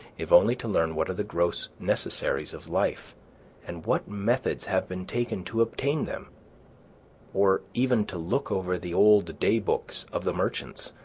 if only to learn what are the gross necessaries of life and what methods have been taken to obtain them or even to look over the old day-books of the merchants,